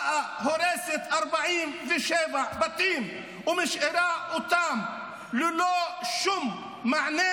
באה, הורסת 47 בתים, ומשאירה אותם ללא שום מענה.